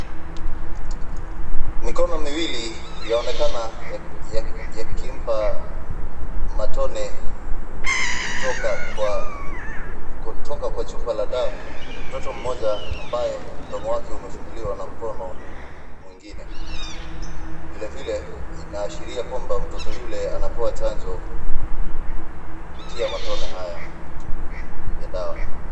Mikono miwili yaonekana yakimpa matone kutoka kwa, kutoka kwa chupa la dawa, mtoto mmoja ambaye mdomo wake umefunguliwa na mkono mwingine. Vile vile, inaashiria kwamba mtoto yule anapewa chanjo kupitia matone haya ya dawa.